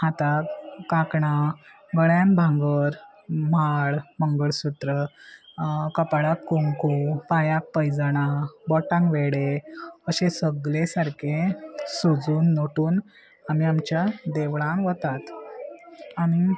हाताक काकणां गळ्यान भांगर माळ मंगळसूत्र कपळाक कुंकू पांयाक पायजणां बोटांक वेडे अशे सगळे सारके सोजून नोटून आमी आमच्या देवळांक वतात आनी